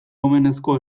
omenezko